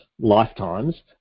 lifetimes